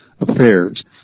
Affairs